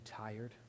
tired